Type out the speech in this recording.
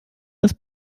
das